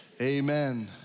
Amen